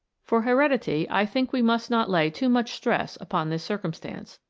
for heredity i think we must not lay too much stress upon this circumstance,